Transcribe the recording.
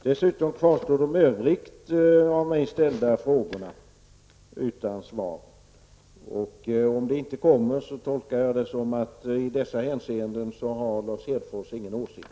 Dessutom kvarstår de övriga av mig ställda frågor som inte har besvarats. Om inget svar kommer, tolkar jag det så att Lars Hedfors i dessa hänseenden inte har någon åsikt.